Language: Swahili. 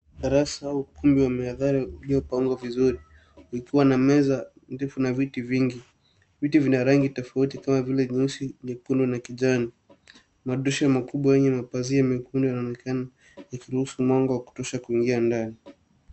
Darasa au ukumbi wa mihadhara ukiwa umepangwa vizuri ukiwa na meza ndefu na viti vingi. Viti vina rangi tofauti kama vile nyeusi, nyekundu, na kijani. Madirisha makubwa yenye mapazia mekundu yanaonekana ikiruhusu mwanga wa kutosha kuingia ndani.